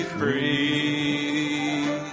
free